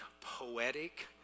poetic